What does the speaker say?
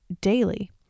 daily